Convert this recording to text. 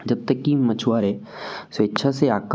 जब तक कि मछुआरे स्वेच्छा से आका